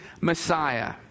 Messiah